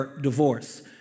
divorce